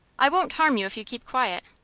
i won't harm you if you keep quiet.